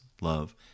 love